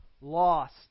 lost